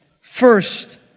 First